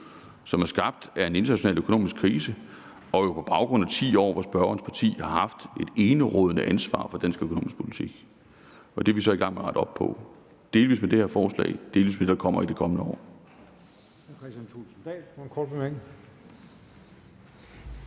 som er skabt af en international økonomisk krise, og på baggrund af et tiår, hvor spørgerens parti har haft et enerådende ansvar for dansk økonomisk politik. Det er vi så i gang med at rette op på – delvis med det her forslag, delvis med det, der kommer i det kommende år.